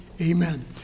amen